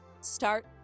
start